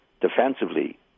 defensively